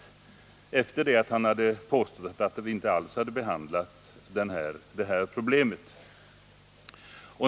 Han gjorde det sedan han påstått att utskottet inte alls hade behandlat detta problem.